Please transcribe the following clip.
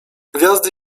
gwiazdy